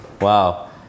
Wow